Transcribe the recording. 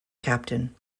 captain